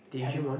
digimon